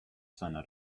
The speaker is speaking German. seiner